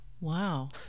Wow